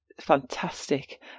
fantastic